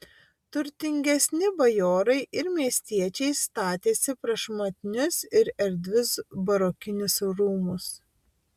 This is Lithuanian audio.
turtingesni bajorai ir miestiečiai statėsi prašmatnius ir erdvius barokinius rūmus